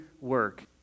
work